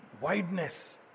wideness